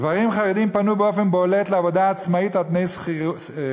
גברים חרדים פנו באופן בולט לעבודה עצמאית על פני שכירים,